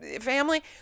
family